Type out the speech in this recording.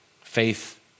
Faith